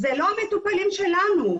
זה לא מטופלים שלנו.